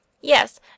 Yes